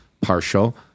partial